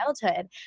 childhood